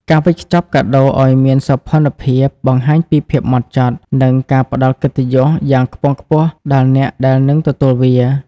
ការវេចខ្ចប់កាដូឱ្យមានសោភ័ណភាព បង្ហាញពីភាពហ្មត់ចត់ និងការផ្ដល់កិត្តិយសយ៉ាងខ្ពង់ខ្ពស់ដល់អ្នកដែលនឹងទទួលវា។